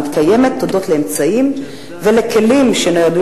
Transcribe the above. היא מתקיימת הודות לאמצעים ולכלים שנועדו